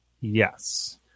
Yes